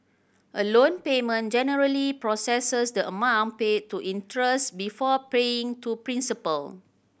a loan payment generally processes the amount paid to interest before paying to principal